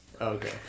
Okay